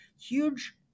huge